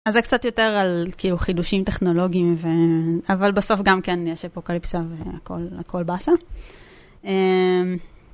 אז זה קצת יותר על חידושים טכנולוגיים, אבל בסוף גם כן יש אפוקליפסה והכל באסה.